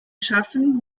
schaffen